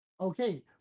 Okay